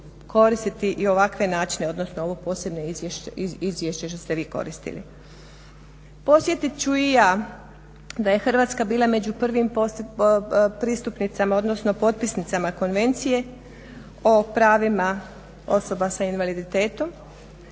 koristiti i ovakve načine odnosno ovo posebno izvješće što ste vi koristili. Podsjetit ću i ja da je Hrvatska bila među prvim pristupnicama odnosno potpisnicama Konvencije o pravima osoba s invaliditetom.